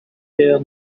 there